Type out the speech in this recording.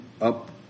up